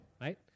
right